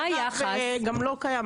אגב,